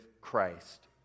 Christ